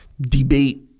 debate